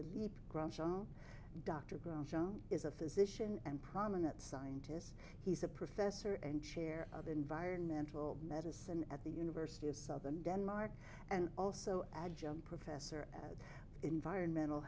groucho is a physician and prominent scientists he's a professor and chair of environmental medicine at the university of southern denmark and also adjunct professor at environmental